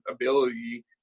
ability